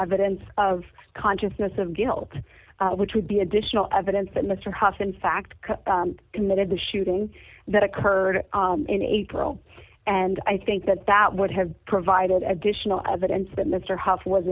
evidence of consciousness of guilt which would be additional evidence that mr haas in fact committed the shooting that occurred in april and i think that that would have provided additional evidence that mr hasse was